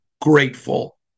grateful